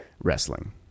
wrestling